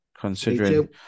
considering